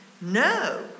No